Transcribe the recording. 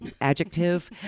adjective